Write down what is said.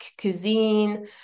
cuisine